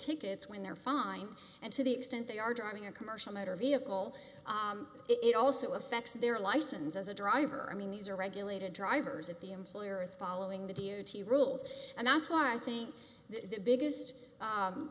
tickets when they're fine and to the extent they are driving a commercial motor vehicle it also affects their license as a driver i mean these are regulated drivers if the employer is following the rules and that's why i think the biggest